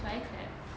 should I clap